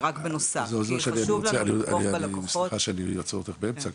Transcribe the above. זה רק בנוסף- -- סליחה שאני עוצר אותך באמצע,